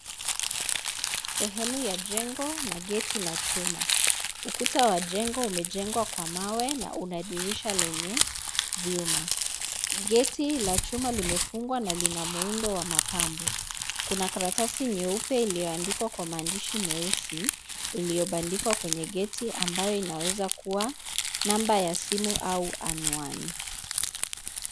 Sehemu ya jengo na geti la chuma. Ukuta wa jengo umejengwa kwa mawe na una dirisha lenye vyuma. Geti la chuma limefungwa na lina muundo wa mapambo. Kuna karatasi nyeupe iliyoandikwa kwa maandishi meusi iliyobandikwa kwenye geti, ambayo inaweza kuwa namba ya simu au anwani.